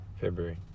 February